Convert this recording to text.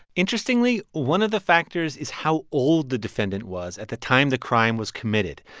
interestingly, one of the factors is how old the defendant was at the time the crime was committed.